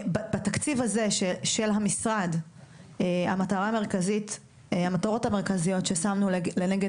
בתקציב הזה של המשרד המטרות המרכזיות ששמנו לנגד